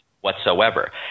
whatsoever